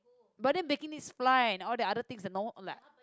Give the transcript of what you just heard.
but then baking needs flour and all the other things no like